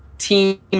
team